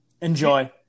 Enjoy